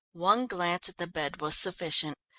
one glance at the bed was sufficient.